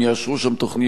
יהיה לו איפה לבנות,